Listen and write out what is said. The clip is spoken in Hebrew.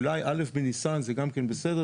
אולי א' בניסן זה גם כן בסדר,